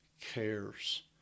cares